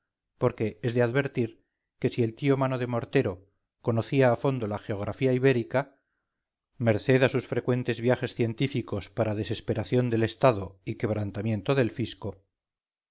porque es de advertir que si el tío mano de mortero conocía a fondo la geografía ibérica merced a sus frecuentes viajes científicos para desesperación del estado y quebrantamiento del fisco